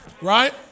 Right